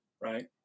right